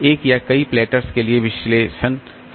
एक या कई प्लैटर्स के लिए विश्लेषण सही है